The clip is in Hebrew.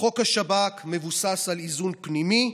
1. חוק השב"כ מבוסס על איזון פנימי,